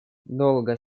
долго